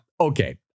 Okay